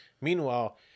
Meanwhile